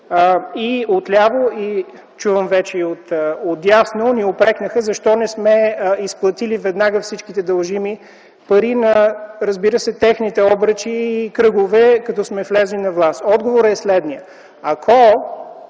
И отляво чувам, а вече и отдясно ни упрекнаха, защо не сме изплатили веднага всичките дължими пари на разбира се, техните обръчи и кръгове, като сме влезли на власт. Отговорът е следният.